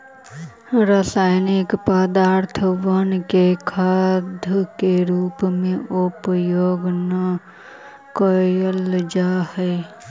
रासायनिक पदर्थबन के खाद के रूप में उपयोग न कयल जा हई